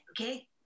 okay